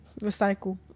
recycle